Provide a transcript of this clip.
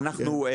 בסדר, אנחנו,